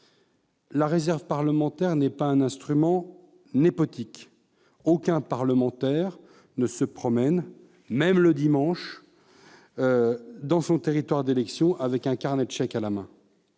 La réserve parlementaire n'est pas un instrument de népotisme. Aucun parlementaire ne se promène, même le dimanche, dans son territoire d'élection un carnet de chèques à la main.